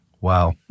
Wow